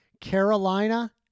Carolina